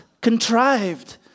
contrived